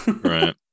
Right